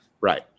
right